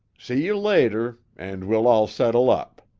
see you later, and we'll all settle up.